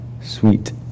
Sweet